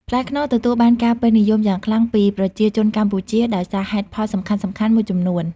ផ្លែខ្នុរទទួលបានការពេញនិយមយ៉ាងខ្លាំងពីប្រជាជនកម្ពុជាដោយសារហេតុផលសំខាន់ៗមួយចំនួន